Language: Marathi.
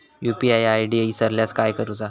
यू.पी.आय आय.डी इसरल्यास काय करुचा?